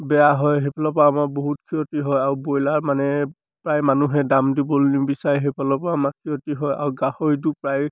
বেয়া হয় সেইফালৰপৰা আমাৰ বহুত ক্ষতি হয় আৰু ব্ৰইলাৰ মানে প্ৰায় মানুহে দাম দিবলৈ নিবিচাৰে সেইফালৰপৰা আমাৰ ক্ষতি হয় আৰু গাহৰিটো প্ৰায়